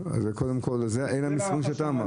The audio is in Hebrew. אלה המספרים שאתה אמרת.